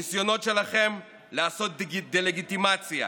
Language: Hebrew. הניסיונות שלכם לעשות דה-לגיטימציה